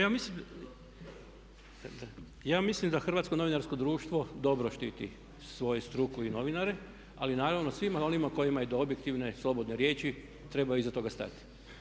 Pa ja mislim da Hrvatsko novinarsko društvo dobro štiti svoju struku i novinare ali naravno svima onima kojima je do objektivne slobodne riječi treba iza toga stati.